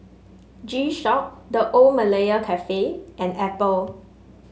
G Shock The Old Malaya Cafe and Apple